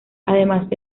además